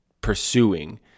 pursuing